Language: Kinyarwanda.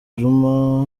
djuma